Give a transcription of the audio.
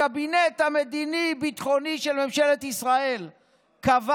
הקבינט המדיני-ביטחוני של ממשלת ישראל קבע